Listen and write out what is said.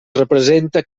representa